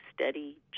steady